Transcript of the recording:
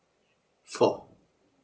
four